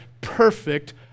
perfect